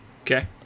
Okay